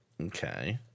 Okay